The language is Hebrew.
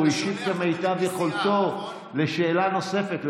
הוא השיב כמיטב יכולתו על שאלה נוספת.